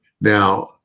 Now